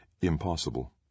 Impossible